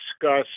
discuss